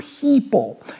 people